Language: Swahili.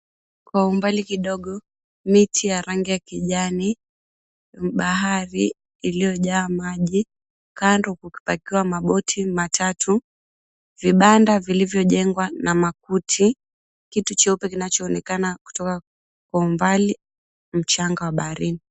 Kwa umbali kidogo miti ya rangi ya kijani, bahari iliojaa maji, kando kukipakiwa maboti matatu, vibanda vilivyojengwa na makuti, kitu cheupe kinachoonekana kutoka kwa umbali, mchanga wa baharini.